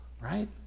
right